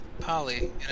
Polly